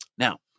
Now